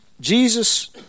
Jesus